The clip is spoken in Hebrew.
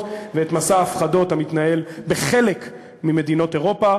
ואת מסע ההפחדות המתנהל בחלק ממדינות אירופה,